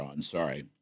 sorry